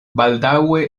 baldaŭe